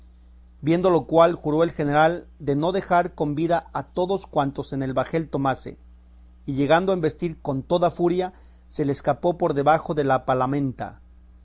viendo lo cual juró el general de no dejar con vida a todos cuantos en el bajel tomase y llegando a embestir con toda furia se le escapó por debajo de la